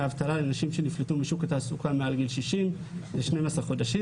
האבטלה לנשים מעל גיל 60 שנפלטו משוק התעסוקה ל-12 חודשים.